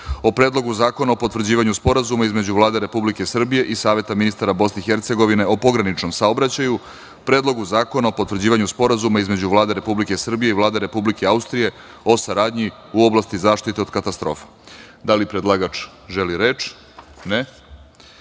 Predlogu zakona o potvrđivanju Sporazuma između Vlade Republike Srbije i Saveta ministara Bosne i Hercegovine o pograničnom saobraćaju i Predlog zakona o potvrđivanju Sporazuma između Vlade Republike Srbije i Vlade Republike Austrije o saradnji u oblasti zaštite od katastrofa. Da li predlagač želi reč?